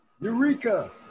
Eureka